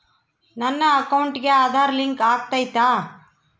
ನನ್ನ ಅಕೌಂಟಿಗೆ ಆಧಾರ್ ಲಿಂಕ್ ಆಗೈತಾ?